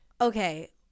Okay